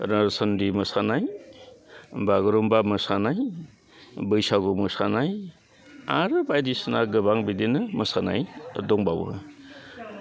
रोनसोन्द्रि मोसानाय बागुरुम्बा मोसानाय बैसागु मोसानाय आरो बायदिसिना गोबां बिदिनो मोसानाय दंबावो